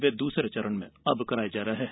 वे दूसरे चरण में अब कराये जा रहे हैं